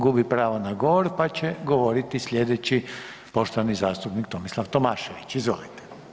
Gubi pravo na govor pa će govoriti sljedeći poštovani zastupnik Tomislav Tomašević, izvolite.